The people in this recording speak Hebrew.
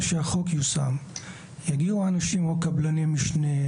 שהחוק יושם יגיעו אנשים או קבלני משנה,